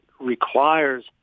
requires